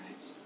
right